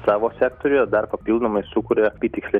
savo sektoriuje dar papildomai sukuria apytiksliai